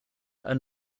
are